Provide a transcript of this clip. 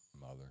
mother